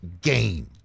game